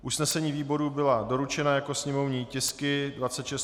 Usnesení výboru byla doručena jako sněmovní tisky 26/26.